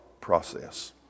process